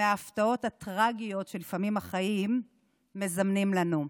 מההפתעות הטרגיות שלפעמים החיים מזמנים לנו.